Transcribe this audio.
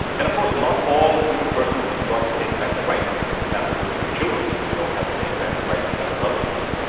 and of course not all human persons enjoy the same kinds of rights, for but example children don't have the same kinds of rights as adults do.